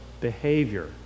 behavior